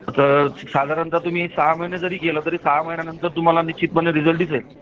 तसंच साधारणतः तुम्ही सहा महिने जरी गेलं तरी सहा महिन्यानंतर तुम्हाला निश्चितपणे रिझल्ट दिसेल